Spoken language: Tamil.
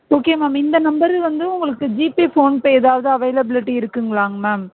ஓகே மேம் இந்த நம்பரு வந்து உங்களுக்கு ஜிபே ஃபோன்பே ஏதாவது அவைலபிளிடி இருக்குதுங்களா மேம்